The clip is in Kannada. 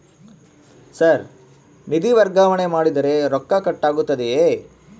ಸರ್ ನಿಧಿ ವರ್ಗಾವಣೆ ಮಾಡಿದರೆ ರೊಕ್ಕ ಕಟ್ ಆಗುತ್ತದೆಯೆ?